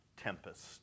tempest